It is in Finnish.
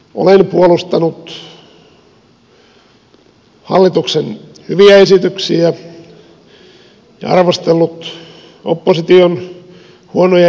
olen puolustanut hallituksen hyviä esityksiä ja arvostellut opposition huonoja esityksiä